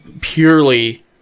purely